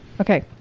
Okay